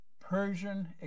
Persian